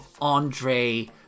Andre